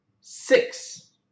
six